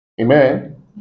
amen